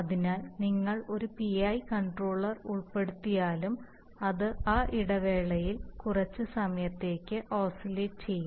അതിനാൽ നിങ്ങൾ ഒരു PI കൺട്രോളർ ഉൾപ്പെടുത്തിയാലും അത് ആ ഇടവേളയിൽ കുറച്ച് സമയത്തേക്ക് ഓസിലേറ്റ് ചെയ്യും